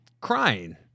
crying